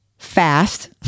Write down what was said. fast